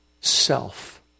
self